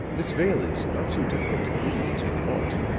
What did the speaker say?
miss vale is not so difficult to please as you thought.